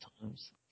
Times